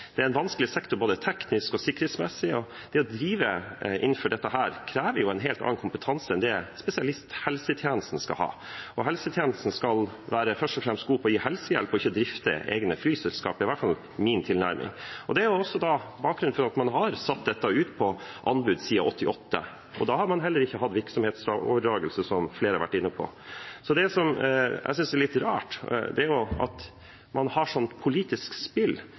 Det er en vanskelig sektor både teknisk og sikkerhetsmessig, og det å drive innenfor dette området krever en helt annen kompetanse enn det spesialisthelsetjenesten skal ha. Helsetjenesten skal først og fremst være gode på å gi helsehjelp og ikke drifte egne flyselskap. Det er i hvert fall min tilnærming. Det er også bakgrunnen for at man har satt dette ut på anbud siden 1988. Da har man heller ikke hatt virksomhetsoverdragelse, som flere har vært inne på. Det jeg synes er litt rart, er at man har et politisk spill